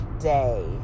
day